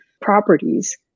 properties